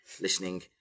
listening